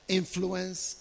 influence